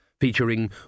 featuring